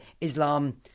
Islam